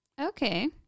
Okay